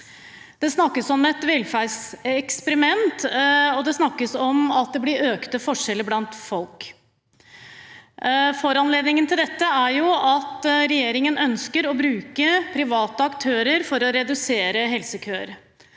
Det snakkes om et velferdseksperiment, og det snakkes om at det blir økte forskjeller blant folk. Foranledningen til dette er at regjeringen ønsker å bruke private aktører for å redusere helsekøer.